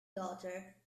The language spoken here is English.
daughter